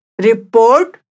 report